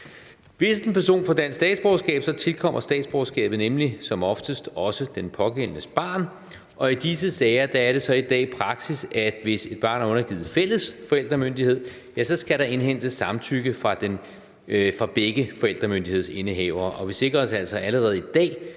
Hvis en person får dansk statsborgerskab, tilkommer statsborgerskabet nemlig som oftest også den pågældendes barn. I disse sager er det i dag praksis, at hvis et barn er undergivet fælles forældremyndighed, skal der indhentes samtykke fra begge forældremyndighedsindehavere. Vi sikrer os altså allerede i dag,